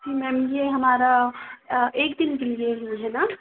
ma'am ये हमारा अ एक दिन डीले हुई है ना